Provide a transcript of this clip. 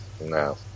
No